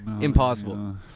impossible